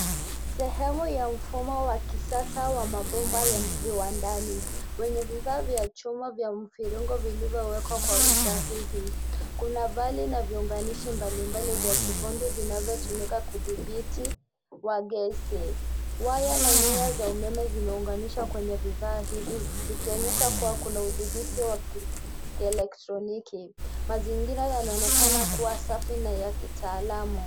Sehemu ya mfumo wa kisasa ya mabomba ya viwandani wenye vifaa vya chuma vya mviringo vilivyowekwa kwa usahihi. Kuna vali na viunganishi mbalimbali vya kifundi vinavyotumika kudhibiti wagese .Waya na nyaya za umeme zimeunganishwa kwenye vifaa hivi zikionyesha kuwa kuna udhibiti wa kielektroniki. Mazingira yanaonekana kuwa safi na ya kitaalamu.